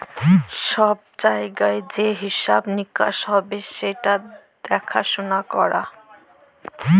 ছব জায়গায় যে হিঁসাব লিকাস হ্যবে সেট দ্যাখাসুলা ক্যরা